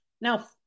Now